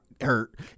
hurt